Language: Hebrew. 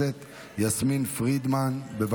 והתעסוקה של האו"ם לפליטי פלסטין במזרח הקרוב )אונר"א(,